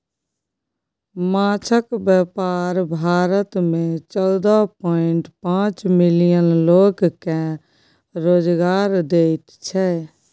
माछक बेपार भारत मे चौदह पांइट पाँच मिलियन लोक केँ रोजगार दैत छै